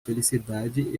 felicidade